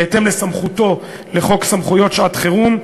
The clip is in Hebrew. בהתאם לסמכותו לפי חוק סמכויות שעת-חירום,